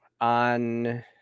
on